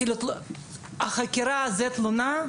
החקירה היא תלונה?